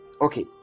okay